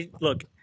look